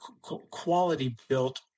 quality-built